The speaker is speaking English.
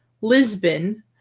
Lisbon